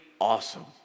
awesome